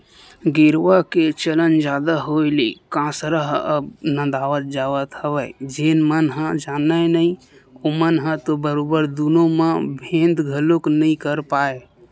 गेरवा के चलन जादा होय ले कांसरा ह अब नंदावत जावत हवय जेन मन ह जानय नइ ओमन ह तो बरोबर दुनो म भेंद घलोक नइ कर पाय